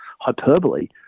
hyperbole